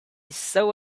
saw